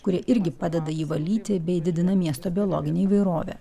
kurie irgi padeda jį valyti bei didina miesto biologinę įvairovę